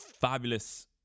Fabulous